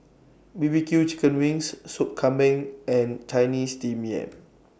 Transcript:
B B Q Chicken Wings Sop Kambing and Chinese Steamed Yam